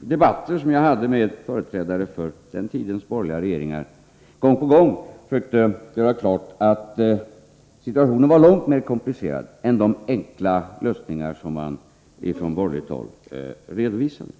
debatter med företrädare för den tidens borgerliga regeringar gång på gång försökte göra klart att situationen var långt mer komplicerad än vad som framgick av de enkla lösningar man från borgerligt håll redovisade.